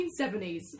1970s